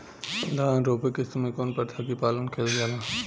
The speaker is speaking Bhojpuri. धान रोपे के समय कउन प्रथा की पालन कइल जाला?